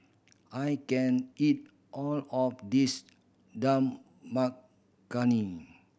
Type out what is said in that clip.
I can't eat all of this Dal Makhani